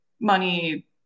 money